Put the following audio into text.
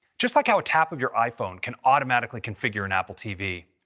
just like how a tap of your iphone can automatically configure an apple tv.